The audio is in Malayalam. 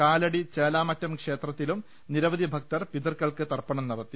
കാലടി ചേലാമറ്റം ക്ഷേത്രത്തിലും നിര വധി ഭക്തർ പിതൃക്കൾക്ക് തർപ്പണം നടത്തി